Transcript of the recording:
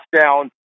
down